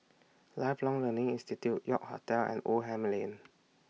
Lifelong Learning Institute York Hotel and Oldham Lane